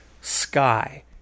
sky